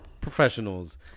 professionals